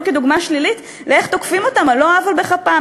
כדוגמה שלילית לאיך תוקפים אותם על לא עוול בכפם,